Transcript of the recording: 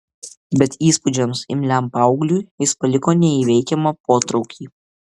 bet įspūdžiams imliam paaugliui jis paliko neįveikiamą potraukį